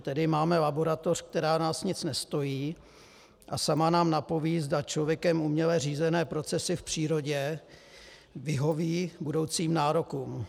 Tedy máme laboratoř, která nás nic nestojí a sama nám napoví, zda člověkem uměle řízené procesy v přírodě vyhoví budoucím nárokům.